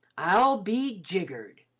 i'll be jiggered